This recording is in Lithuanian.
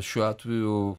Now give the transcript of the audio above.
šiuo atveju